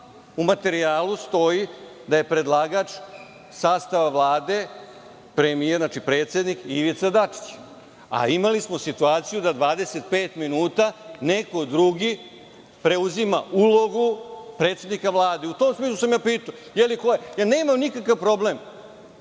U materijalu stoji da je predlagač sastava Vlade premijer, znači predsednik, Ivica Dačić. Imali smo situaciju da 25 minuta neko drugi preuzima ulogu predsednika Vlade. U tom smislu sam ja pitao. Nemam nikakav problem